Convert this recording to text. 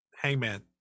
Hangman